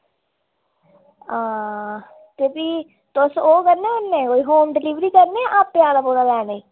ते तुस ओह् करने होने होम डिलीवरी करने होन्ने जां आपें औना पौंदा लैने ई